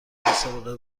مسابقه